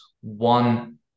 one